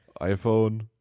iphone